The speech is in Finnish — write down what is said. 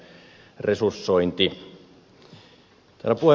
herra puhemies